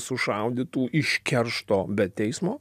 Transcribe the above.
sušaudytų iš keršto be teismo